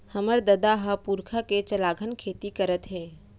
हमर ददा ह पुरखा के चलाघन खेती करत हे